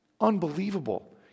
Unbelievable